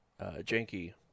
Janky